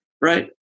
right